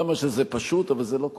כמה שזה פשוט, אבל זה לא קורה.